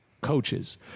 coaches